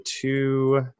two